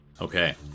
Okay